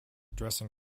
dressing